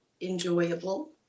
enjoyable